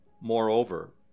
Moreover